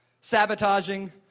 sabotaging